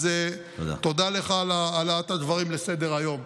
אז תודה לך על העלאת הדברים על סדר-היום.